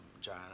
john